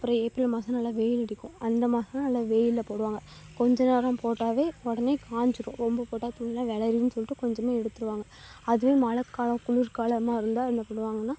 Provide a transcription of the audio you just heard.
அப்புறம் ஏப்ரல் மாதம் நல்லா வெயில் அடிக்கும் அந்த மாதம் தான் நல்லா வெயிலில் போடுவாங்க கொஞ்சம் நேரம் போட்டாவே உடனே காஞ்சிடும் ரொம்ப போட்டால் துணிலாம் வெளிரும் சொல்லிட்டு காஞ்சோடன எடுத்துடுவாங்க அதுவே மழைக்காலம் குளிர்காலமாக இருந்தால் என்ன பண்ணுவாங்கன்னால்